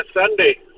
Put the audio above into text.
Sunday